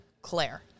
Claire